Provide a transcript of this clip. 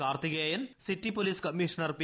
Karthikeyan city police commissioner P